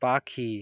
পাখি